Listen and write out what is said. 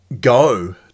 Go